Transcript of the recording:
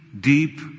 deep